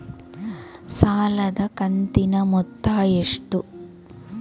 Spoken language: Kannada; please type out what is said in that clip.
ಸಾಲದ ಕಂತಿನ ಮೊತ್ತ ಎಷ್ಟು?